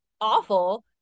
awful